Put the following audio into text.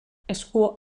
esku